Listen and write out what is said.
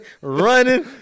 Running